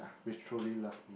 which truly love me ah